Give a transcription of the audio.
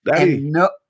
No